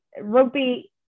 rugby